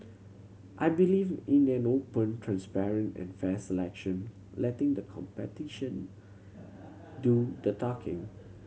I believe in an open transparent and fair selection letting the competition do the talking